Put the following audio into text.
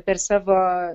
per savo